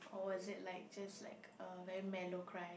or is it like just like uh very mellow cry